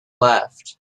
left